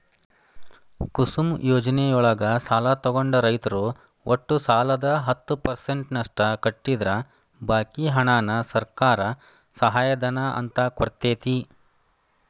ಕುಸುಮ್ ಯೋಜನೆಯೊಳಗ ಸಾಲ ತೊಗೊಂಡ ರೈತರು ಒಟ್ಟು ಸಾಲದ ಹತ್ತ ಪರ್ಸೆಂಟನಷ್ಟ ಕಟ್ಟಿದ್ರ ಬಾಕಿ ಹಣಾನ ಸರ್ಕಾರ ಸಹಾಯಧನ ಅಂತ ಕೊಡ್ತೇತಿ